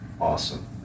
awesome